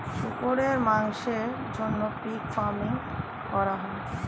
শুকরের মাংসের জন্য পিগ ফার্মিং করা হয়